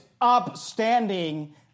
upstanding